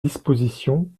disposition